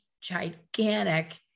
gigantic